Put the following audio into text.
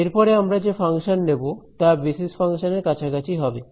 এরপরে আমরা যে ফাংশন নেব তা বেসিস ফাংশন এর কাছাকাছি হবে